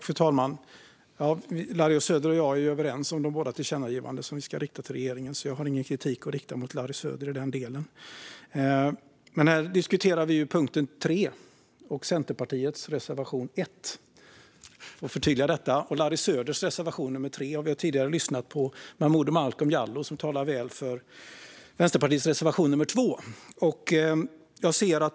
Fru talman! Larry Söder och jag är överens om de båda tillkännagivanden som vi ska rikta till regeringen, så jag har ingen kritik att rikta mot Larry Söder i den delen. Men jag vill diskutera punkt 3, där vi i Centerpartiet har reservation nr 1 och Larry Söder och Kristdemokraterna har reservation nr 3. Vi har tidigare lyssnat på Momodou Malcolm Jallow, som talade väl för Vänsterpartiets reservation nr 2.